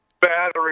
Battery